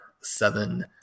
seven